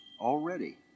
already